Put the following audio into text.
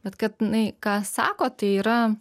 bet kad jinai ką sako tai yra